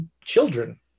children